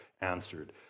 answered